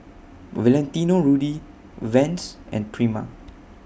Valentino Rudy Vans and Prima